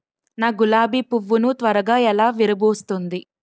నా గులాబి పువ్వు ను త్వరగా ఎలా విరభుస్తుంది?